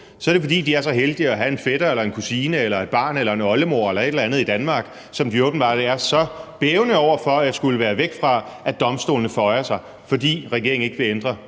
så er det, fordi de er så heldige at have en fætter eller en kusine eller et barn eller en oldemor eller et eller andet i Danmark, som de åbenbart er så bævende over for at skulle være væk fra, at domstolene føjer sig, fordi regeringen ikke vil ændre